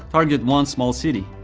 target one small city.